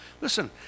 Listen